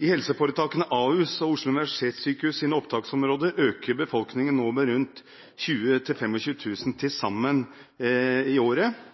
I helseforetakene Ahus og Oslo universitetssykeshus’ opptaksområder øker befolkningen nå med rundt 20 000–25 000 til sammen i året,